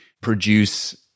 produce